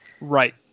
Right